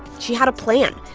she had a plan.